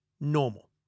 normal